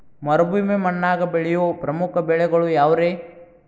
ಮರುಭೂಮಿ ಮಣ್ಣಾಗ ಬೆಳೆಯೋ ಪ್ರಮುಖ ಬೆಳೆಗಳು ಯಾವ್ರೇ?